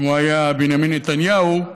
שמו היה בנימין נתניהו,